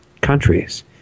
countries